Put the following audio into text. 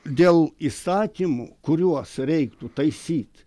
dėl įsakymų kuriuos reiktų taisyt